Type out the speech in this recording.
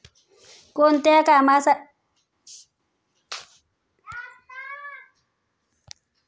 कोणत्या घटनांसाठी आपल्याला आकस्मिक विमा मिळतो?